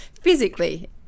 physically